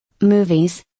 Movies